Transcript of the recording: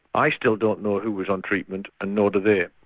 i still don't know who was on treatment and nor do they.